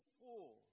fool